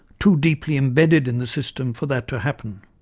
too deeply embedded in the system, for that to happen.